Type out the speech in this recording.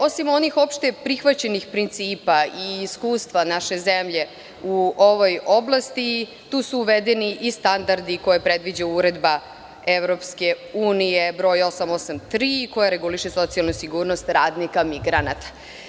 Osim onih opšteprihvaćenih principa i iskustva naše zemlje u ovoj oblasti, tu su uvedeni i standardi koje predviđa Uredba EU broj 883, koja reguliše socijalnu sigurnost radnika migranata.